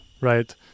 right